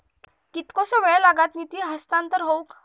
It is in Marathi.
कितकोसो वेळ लागत निधी हस्तांतरण हौक?